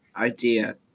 idea